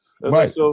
Right